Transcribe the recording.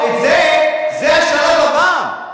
זה השלב הבא.